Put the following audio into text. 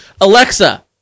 Alexa